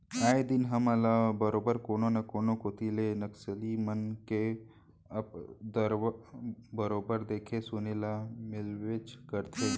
आए दिन हमन ल बरोबर कोनो न कोनो कोती ले नक्सली मन के उपदरव बरोबर देखे सुने ल मिलबेच करथे